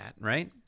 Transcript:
right